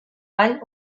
ball